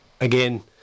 again